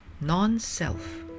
Non-self